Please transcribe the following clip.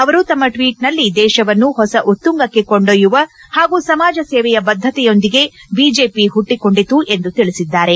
ಅವರು ತಮ್ಮ ಟ್ವೀಟ್ನಲ್ಲಿ ದೇಶವನ್ನು ಹೊಸ ಉತ್ತುಂಗಕ್ಕೆ ಕೊಂಡೊಯ್ಕುವ ಹಾಗೂ ಸಮಾಜ ಸೇವೆಯ ಬದ್ಧತೆಯೊಂದಿಗೆ ಬಿಜೆಪಿ ಹುಟ್ಟಿಕೊಂಡಿತು ಎಂದು ತಿಳಿಸಿದ್ದಾರೆ